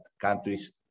countries